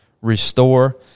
restore